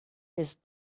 his